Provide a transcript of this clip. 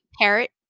parrot